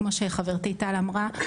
כמו שחברתי טל אמרה,